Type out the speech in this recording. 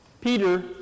Peter